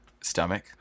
stomach